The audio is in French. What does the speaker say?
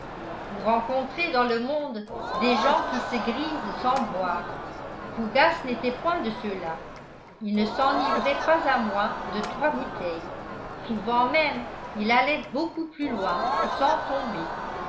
vous rencontrez dans le monde des gens qui se grisent sans boire fougas n'était point de ceux-là il ne s'enivrait pas à moins de trois bouteilles souvent même il allait beaucoup plus loin sans tomber